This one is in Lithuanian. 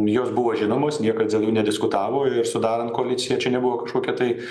jos buvo žinomos niekas dėl jų nediskutavo ir sudarant koaliciją čia nebuvo kažkokia tai